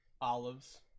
Olives